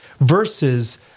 versus